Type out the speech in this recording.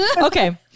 okay